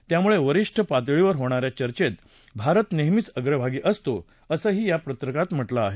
त्यामुळं वरिष्ठ पातळीवर होणा या चचॅत भारत नेहमीच अग्रभागी असतो असंही या पत्रकात म्हटलं आहे